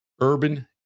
urban